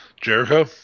Jericho